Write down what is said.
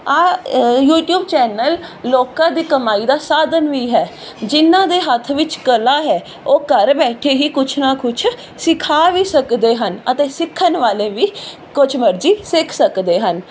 ਆਹ YouTube channel ਲੋਕਾਂ ਦੀ ਕਮਾਈ ਦਾ ਸਾਧਨ ਵੀ ਹੈ ਜਿਨਾਂ ਦੇ ਹੱਥ ਵਿੱਚ ਕਲਾ ਹੈ ਉਹ ਘਰ ਬੈਠੇ ਹੀ ਕੁਛ ਨਾ ਕੁਛ ਸਿਖਾ ਵੀ ਸਕਦੇ ਹਨ ਅਤੇ ਸਿੱਖਣ ਵਾਲੇ ਵੀ ਕੁਛ ਮਰਜ਼ੀ ਸਿੱਖ ਸਕਦੇ ਹਨ